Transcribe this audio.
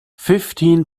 fifteen